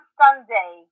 sunday